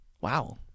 Wow